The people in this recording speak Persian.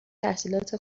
تحصیلات